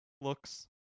looks